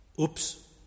Oops